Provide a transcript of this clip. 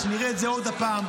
שנראה את זה עוד הפעם,